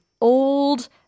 old